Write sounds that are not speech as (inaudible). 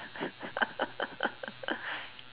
(laughs)